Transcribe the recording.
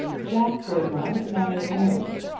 jack berdmore married mary.